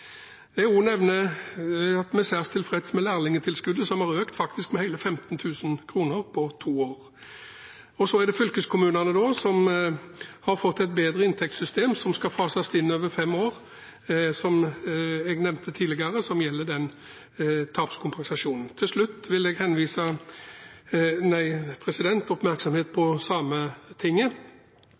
nevne at vi er særs tilfreds med lærlingtilskuddet, som faktisk har økt med hele 15 000 kr på to år. Så er det fylkeskommunene, som har fått et bedre inntektssystem, som skal fases inn over fem år. De har fått den tapskompensasjonen som jeg nevnte tidligere. Til slutt vil jeg